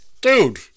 Dude